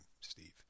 Steve